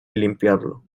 limpiarlo